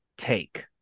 Take